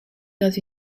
dans